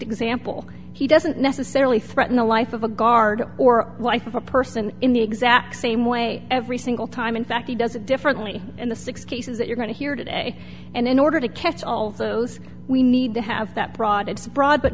example he doesn't necessarily threaten the life of a guard or life of a person in the exact same way every single time in fact he does it differently in the six cases that you're going to hear today and in order to catch all of those we need to have that broad it's broad but